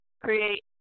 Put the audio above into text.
create